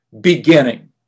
beginning